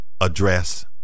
address